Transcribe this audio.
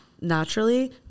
naturally